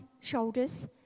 shoulders